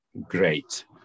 great